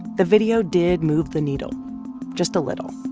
the video did move the needle just a little.